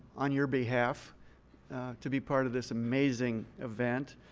on your behalf to be part of this amazing event.